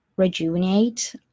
Rejuvenate